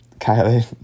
Kylie